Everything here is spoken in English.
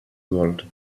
world